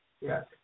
Yes